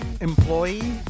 employee